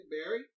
Barry